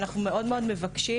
ואנחנו מאוד-מאוד מבקשים,